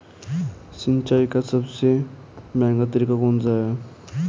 सिंचाई का सबसे महंगा तरीका कौन सा है?